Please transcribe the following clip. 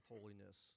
holiness